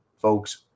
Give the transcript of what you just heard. folks